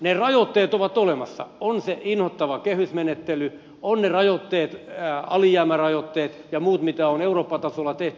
ne rajoitteet ovat olemassa on se inhottava kehysmenettely ovat ne rajoitteet alijäämärajoitteet ja muut mitä on eurooppa tasolla tehty